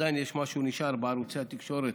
עדיין יש משהו שנשאר בערוצי התקשורת,